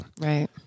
Right